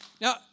Now